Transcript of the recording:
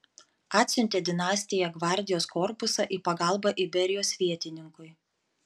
atsiuntė dinastija gvardijos korpusą į pagalbą iberijos vietininkui